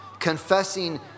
confessing